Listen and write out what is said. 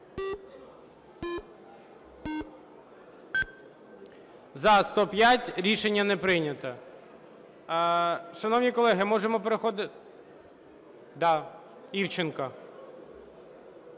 За-105 Рішення не прийнято.